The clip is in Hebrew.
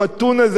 החמוד הזה,